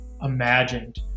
imagined